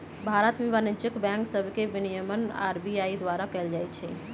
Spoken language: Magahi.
भारत में वाणिज्यिक बैंक सभके विनियमन आर.बी.आई द्वारा कएल जाइ छइ